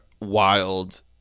wild –